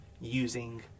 using